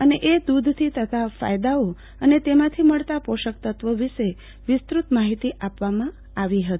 અને એ દૂધ થી થતા ફાયદાઓ અને તેમાંથી મળતા પોષક તત્વો વિષે વિસ્તૃત માહિતી આપવામાં આવી હતી